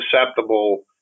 susceptible